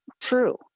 true